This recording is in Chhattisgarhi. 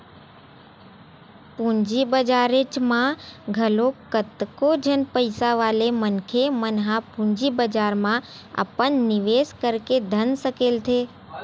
पूंजी बजारेच म घलो कतको झन पइसा वाले मनखे मन ह पूंजी बजार म अपन निवेस करके धन सकेलथे